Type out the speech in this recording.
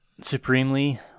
supremely